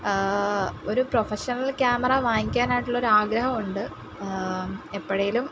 ഒരു professional camera വാങ്ങിക്കാനായിട്ടുള്ളൊരാഗ്രഹമുണ്ട് എപ്പഴേലും